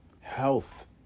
health